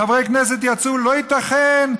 חברי כנסת יצאו: לא ייתכן,